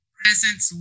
presence